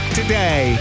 today